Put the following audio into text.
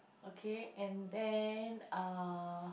okay and then uh